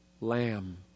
lamb